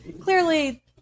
clearly